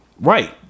right